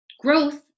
growth